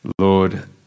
Lord